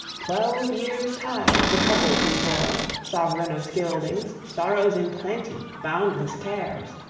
twelve years' tide the trouble he bore, sovran of scyldings, sorrows in plenty, boundless cares.